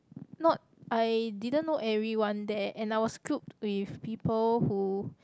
not I didn't know everyone there and I was grouped with people who